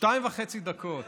שתיים וחצי דקות.